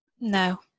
no